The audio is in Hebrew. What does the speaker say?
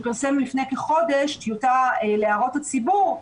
פרסם לפני כחודש טיוטה להערות הציבור,